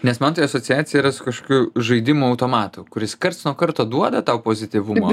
nes man tai asociacija yra su kažkokiu žaidimų automatu kuris karts nuo karto duoda tau pozityvumo